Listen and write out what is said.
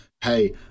Hey